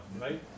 right